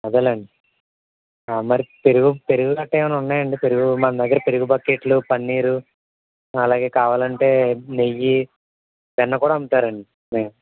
అదేలేండి మరి పెరుగు పెరుగు కట్టా ఏమన్న ఉన్నాయండి పెరుగు మన దగ్గర పెరుగు బకెట్లు పన్నీరు అలాగే కావాలంటే నెయ్యి వెన్న కూడా అమ్ముతారు అండి